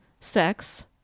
sex